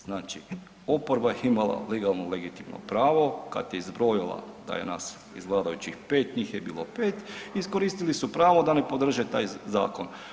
Znači, oporba je imala legalno i legitimno pravo kad je izbrojila da je nas iz vladajućih 5, njih je bilo 5, iskoristili su pravo da ne podrže taj zakon.